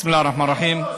בסם אללה א-רחמאן א-רחים.